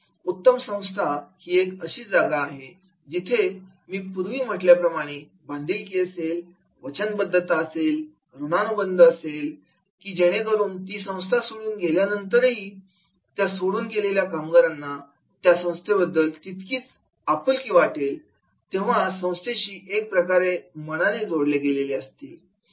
उत्तम संस्था ही एक अशी जागा आहे जिथे मी पूर्वी म्हटल्याप्रमाणे बांधीलकी असेल वचनबद्धता असेल ऋणानुबंध असेल की जेणेकरून ती संस्था सोडून गेल्यानंतरही त्या सोडून गेलेल्या कामगारांना त्या समस्येबद्दल तितकीच आपुलकी वाटेल ते त्या संस्थेशी एक प्रकारे मनाने जोडले गेले असतील